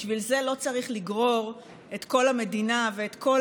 בשביל זה לא צריך לגרור את כל המדינה ואת כל